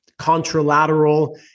contralateral